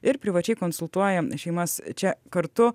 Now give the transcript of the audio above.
ir privačiai konsultuoja šeimas čia kartu